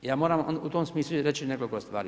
Ja moram u tom smislu reći nekoliko stvari.